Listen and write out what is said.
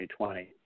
2020